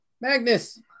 magnus